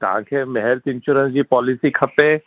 तव्हांखे health insurance जी policy खपे